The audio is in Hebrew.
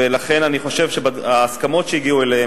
ולכן אני חושב שההסכמות שהגיעו אליהן